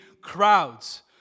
crowds